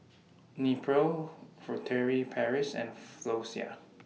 Nepro Furtere Paris and Floxia